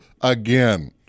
again